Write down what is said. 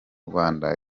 rwanda